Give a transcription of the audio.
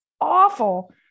awful